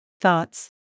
Thoughts